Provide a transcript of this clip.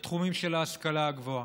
בתחומים של ההשכלה הגבוהה.